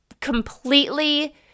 completely